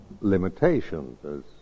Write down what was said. limitations